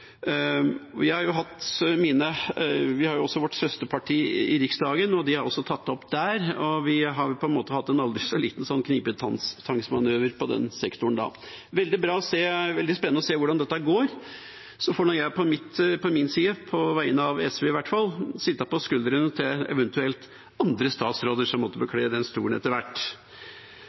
Vi har vårt søsterparti i Riksdagen, og de har også tatt det opp der, og vi har på en måte hatt en aldri så liten knipetangsmanøver på den sektoren. Det er veldig spennende å se hvordan dette går. Fra min side får jeg, på vegne av SV i hvert fall, sitte på skuldrene til eventuelt andre statsråder som måtte bekle den stolen etter hvert.